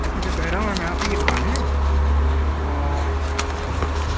اچھا اچھا بہرووا میں آپ ہی کی دوکان ہے جی جی